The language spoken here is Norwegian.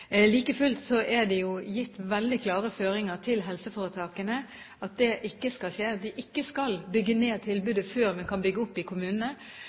Like fullt er det gitt veldig klare føringer til helseforetakene om at det ikke skal skje, at de ikke skal bygge ned tilbudet før man kan bygge opp i